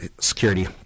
security